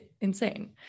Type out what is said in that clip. insane